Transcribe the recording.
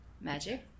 Magic